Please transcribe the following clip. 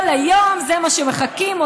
כל היום זה מה שמחכים לו,